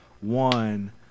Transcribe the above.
One